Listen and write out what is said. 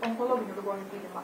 onkologinių ligonių gydymą